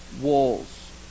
walls